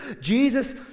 Jesus